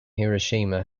hiroshima